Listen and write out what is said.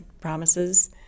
promises